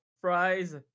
Fries